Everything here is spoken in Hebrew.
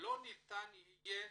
לא ניתן יהיה